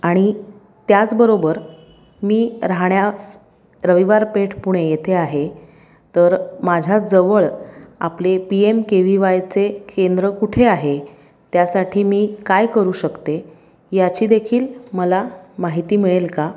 आणि त्याचबरोबर मी राहण्यास रविवार पेठ पुणे येथे आहे तर माझ्याजवळ आपले पी एम के व्ही वायचे केंद्र कुठे आहे त्यासाठी मी काय करू शकते याचीदेखील मला माहिती मिळेल का